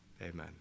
Amen